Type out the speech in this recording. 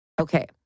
okay